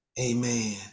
Amen